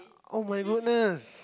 oh my goodness